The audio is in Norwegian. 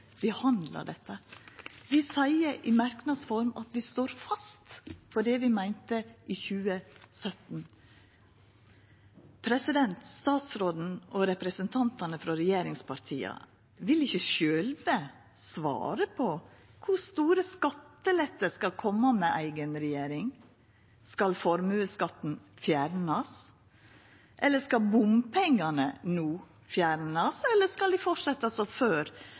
vi seier i merknads form at vi står fast på det vi meinte i 2017. Statsråden og representantane frå regjeringspartia vil ikkje sjølve svara på kor store skattelettar som skal koma med eiga regjering. Skal formuesskatten fjernast? Skal bompengane no fjernast, eller skal dei fortsetja som før